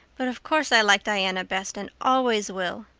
but of course i like diana best and always will.